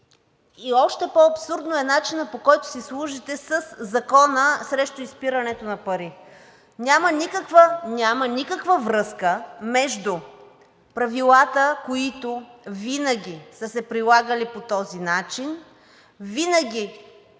още по абсурден е начинът, по който си служите със Закона срещу изпирането на пари. Няма никаква връзка между правилата, които винаги са се прилагали по този начин, винаги